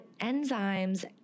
enzymes